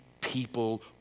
people